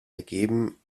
ergeben